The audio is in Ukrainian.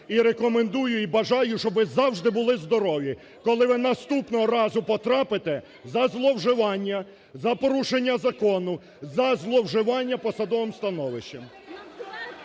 рекомендую, і бажаю, щоб ви завжди були здорові, коли ви наступного разу потрапите за зловживання, за порушення закону, за зловживання посадовим становищем.